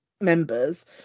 members